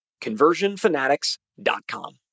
conversionfanatics.com